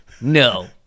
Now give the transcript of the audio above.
No